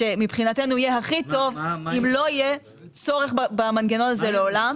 שמבחינתנו יהיה הכי טוב אם לא יהיה צורך במנגנון הזה לעולם.